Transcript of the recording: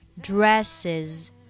Dresses